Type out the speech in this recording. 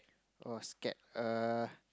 oh scared err